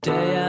Day